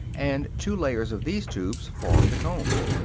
and two layers of these tubes form the comb.